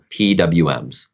PWMs